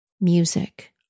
music